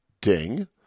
Ding